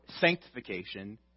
sanctification